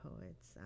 poets